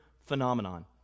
phenomenon